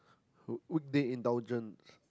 would they indulgent